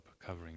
covering